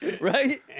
Right